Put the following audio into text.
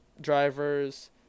drivers